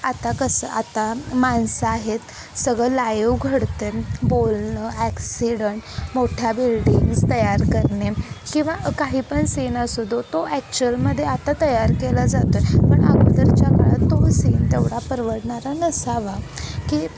आता कसं आता माणसं आहेत सगळं लाईव घडतं आहे बोलणं ॲक्सिडंट मोठ्या बिल्डिंग्स तयार करणे किंवा काही पण सीन असू दे तो ॲक्चुअलमध्ये आता तयार केला जातो आहे पण अगोदरच्या काळात तो सीन तेवढा परवडणारा नसावा की